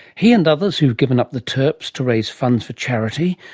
he and others who have given up the turps to raise funds for charity,